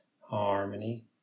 harmony